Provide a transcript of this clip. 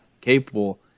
capable